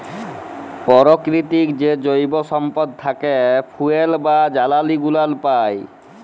পরকিতির যে জৈব সম্পদ থ্যাকে ফুয়েল বা জালালী গুলান পাই